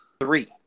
three